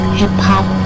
hip-hop